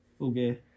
Okay